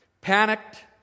panicked